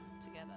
together